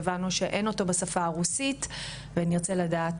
הבנו שאין אותו בשפה הרוסית ונרצה לדעת,